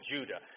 Judah